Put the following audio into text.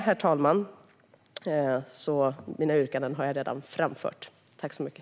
Herr talman! Jag har redan framfört mina yrkanden.